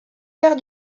père